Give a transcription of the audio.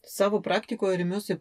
savo praktikoje remiuosi